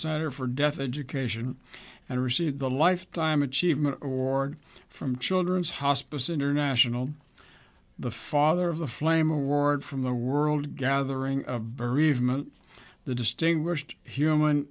center for death education and received a lifetime achievement award from children's hospice international the father of the flame award from the world gathering of bereavement the distinguished human